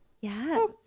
Yes